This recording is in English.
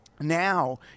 now